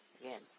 Again